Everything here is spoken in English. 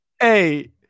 Hey